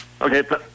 Okay